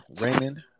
Raymond